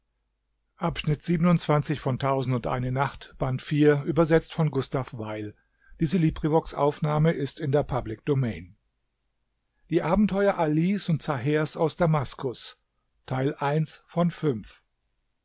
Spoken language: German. den abenteuern alis und zahers aus damaskus